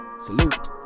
Salute